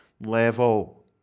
level